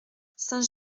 saint